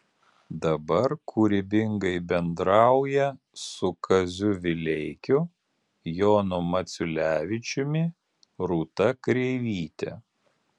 dabar kūrybingai bendrauja su kaziu vileikiu jonu maciulevičiumi rūta kreivyte